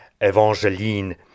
Evangeline